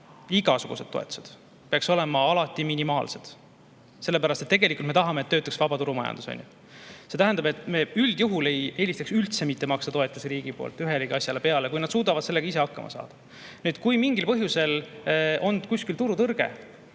igasugused toetused! – peaksid olema alati minimaalsed, sellepärast et tegelikult me tahame, et töötaks vabaturumajandus, on ju. See tähendab, et me üldjuhul eelistaksime üldse mitte maksta toetusi riigi poolt ühelegi asjale, kui nad suudavad sellega ise hakkama saada. Kui mingil põhjusel on kuskil turutõrge